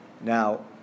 Now